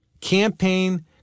campaign